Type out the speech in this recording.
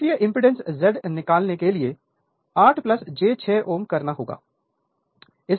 इसलिए impedance Z निकालने के लिए 8j 6 Ω करना होगा